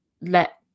let